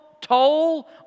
toll